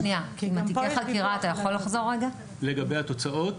לגבי התוצאות?